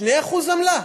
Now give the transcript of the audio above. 2% עמלה.